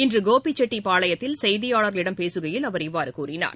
இன்றகோபிச்செட்டிபாளையத்தில் செய்தியாளர்களிடம் பேசுகையில் அவர் இவ்வாறுகூறினார்